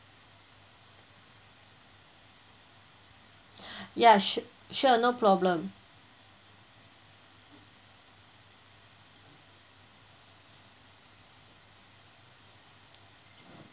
ya sure sure no problem